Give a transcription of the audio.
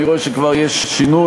אני רואה שכבר יש שינוי,